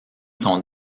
son